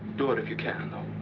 do it if you can, though.